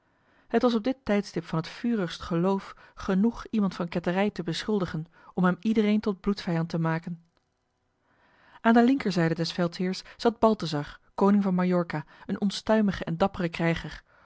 het was op dit tijdstip van het vurigst geloof genoeg iemand van ketterij te beschuldigen om hem iedereen tot bloedvijand te maken aan de linkerzijde des veldheers zat balthazar koning van majorca een onstuimige en dappere krijger